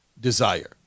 desire